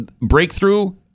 breakthrough